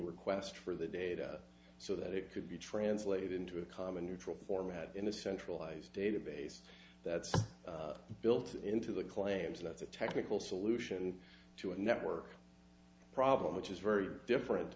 request for the data so that it could be translated into a common neutral format in a centralized database that's built into the claims that's a technical solution to a network problem which is very different